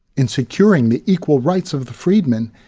in securing the equal rights of the freedman,